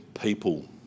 people